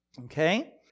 okay